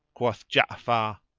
quoth ja'afar,